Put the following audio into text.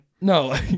No